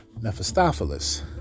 Mephistopheles